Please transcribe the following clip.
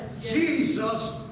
Jesus